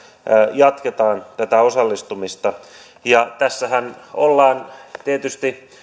jatketaan tätä osallistumista tässähän ollaan tietysti